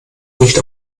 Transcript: nicht